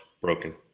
broken